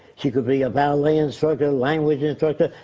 she could be a ballet instructor, language instructor.